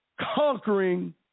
conquering